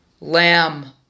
lamb